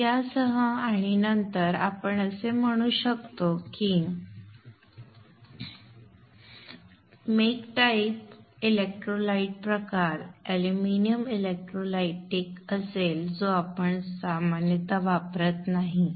तर यासह आणि नंतर आपण असे म्हणू शकतो की मेक टाईप इलेक्ट्रोलाइट प्रकार अॅल्युमिनियम इलेक्ट्रोलाइट असेल जो आपण सामान्यतः वापरत नाही